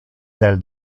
del